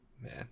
man